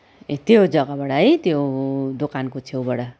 ए त्यो जग्गाबाट है त्यो दोकानको छेउबाट